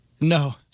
No